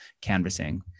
canvassing